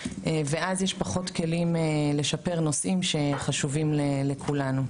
ואז יש פחות כלים לשפר נושאים שחשובים לכולנו.